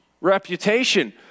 reputation